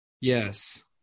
Yes